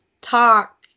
talk